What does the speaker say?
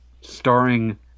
starring